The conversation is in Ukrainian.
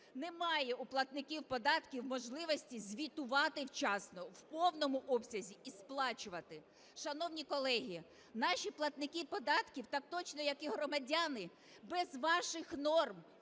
немає у платників податків можливості звітувати вчасно, в повному обсязі і сплачувати. Шановні колеги, наші платники податків так точно, як і громадяни, без ваших норм